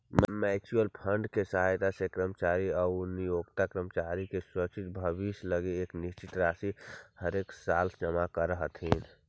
mutual fund के सहायता से कर्मचारी आउ नियोक्ता कर्मचारी के सुरक्षित भविष्य लगी एक निश्चित राशि हरेकसाल जमा करऽ हथिन